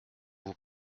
vous